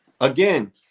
again